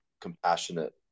compassionate